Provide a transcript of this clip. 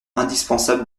indispensable